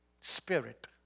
spirit